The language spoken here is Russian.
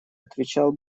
отвечал